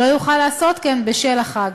לא יוכל לעשות כן בשל החג.